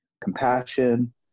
compassion